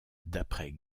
d’après